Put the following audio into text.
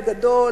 בגדול,